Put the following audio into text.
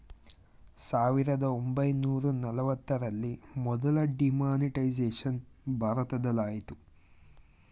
ಸಾವಿರದ ಒಂಬೈನೂರ ನಲವತ್ತರಲ್ಲಿ ಮೊದಲ ಡಿಮಾನಿಟೈಸೇಷನ್ ಭಾರತದಲಾಯಿತು